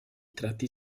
tratti